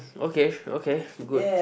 okay okay good